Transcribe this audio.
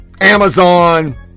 Amazon